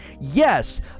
Yes